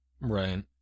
Right